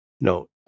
No